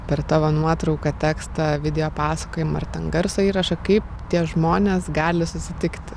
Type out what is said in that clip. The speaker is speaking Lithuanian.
per tavo nuotrauką tekstą video pasakojimą ar ten garso įrašą kaip tie žmonės gali susitikti